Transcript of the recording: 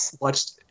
watched